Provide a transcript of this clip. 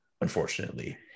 unfortunately